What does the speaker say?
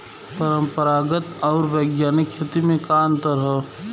परंपरागत आऊर वैज्ञानिक खेती में का अंतर ह?